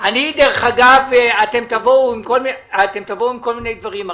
אתם תבואו עם כל מיני דברים.